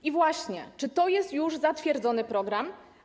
I właśnie: Czy to jest już zatwierdzony program?